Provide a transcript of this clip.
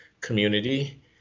community